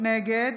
נגד